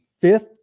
fifth